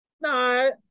No